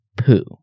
poo